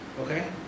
okay